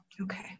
Okay